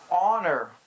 Honor